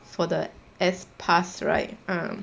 for the S pass right ah